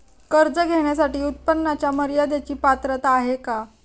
कर्ज घेण्यासाठी उत्पन्नाच्या मर्यदेची पात्रता आहे का?